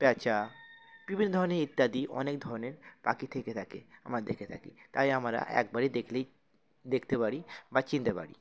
প্যাঁচা বিভিন্ন ধরনের ইত্যাদি অনেক ধরনের পাখি থেকে থাকে আমরা দেখে থাকি তাই আমরা একবারই দেখলেই দেখতে পারি বা চিনতে পারি